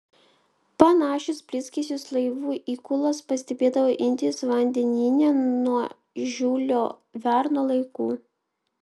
panašius blizgesius laivų įgulos pastebėdavo indijos vandenyne nuo žiulio verno laikų